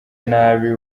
nabi